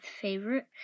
favorite